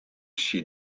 she